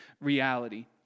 reality